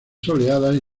soleadas